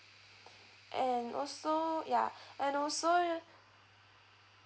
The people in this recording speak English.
and also ya and also